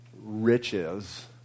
riches